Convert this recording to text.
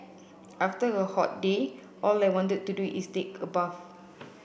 after a hot day all I want to do is take a bath